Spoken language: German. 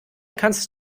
kannst